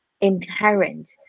inherent